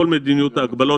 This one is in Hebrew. כל מדיניות ההגבלות,